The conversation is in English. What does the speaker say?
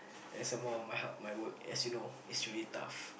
and some more my hard my work as you know is really tough